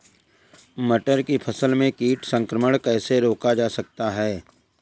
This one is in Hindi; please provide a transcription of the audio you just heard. मटर की फसल में कीट संक्रमण कैसे रोका जा सकता है?